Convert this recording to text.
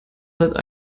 that